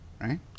Right